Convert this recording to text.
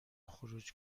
خروج